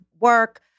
work